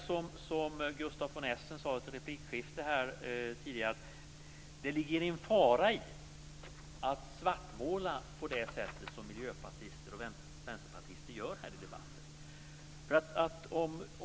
Som Gustaf von Essen sade i ett replikskifte tidigare, ligger det en fara i att svartmåla på det sätt som miljöpartister och vänsterpartister gör här i debatten.